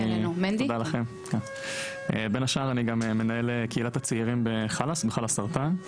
אני גם מנהל קהילת הצעירים ב- ׳חלאסרטן׳.